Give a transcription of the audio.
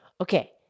Okay